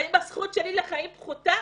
האם הזכות שלי לחיים פחותה